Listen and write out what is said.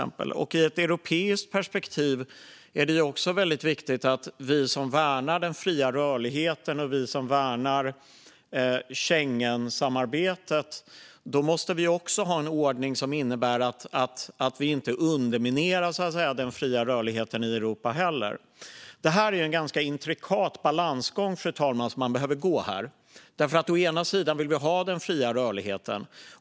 Men i ett europeiskt perspektiv är det också väldigt viktigt för oss som värnar den fria rörligheten och Schengensamarbetet att vi har en ordning som innebär att vi inte underminerar den fria rörligheten i Europa. Det är en ganska intrikat balansgång man behöver gå här, fru talman. Å ena sidan vill vi ha den fria rörligheten.